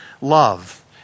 love